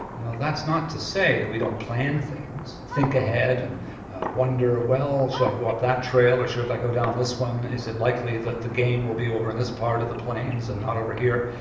now that's not to say that we don't plan things, think ahead and wonder, well, should i go up that trail or should i go down this one is it likely that the game will be over in this part of the plains and not over here.